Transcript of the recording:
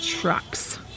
trucks